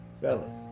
fellas